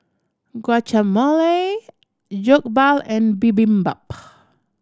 Guacamole Jokbal and Bibimbap